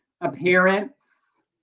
appearance